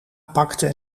pakte